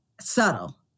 subtle